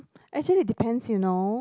actually depends you know